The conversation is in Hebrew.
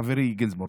חברי גינזבורג,